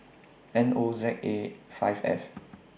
N O Z A five F